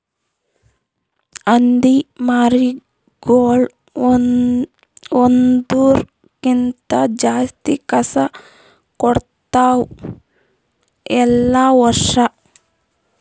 ಹಂದಿ ಮರಿಗೊಳ್ ಒಂದುರ್ ಕ್ಕಿಂತ ಜಾಸ್ತಿ ಕಸ ಕೊಡ್ತಾವ್ ಎಲ್ಲಾ ವರ್ಷ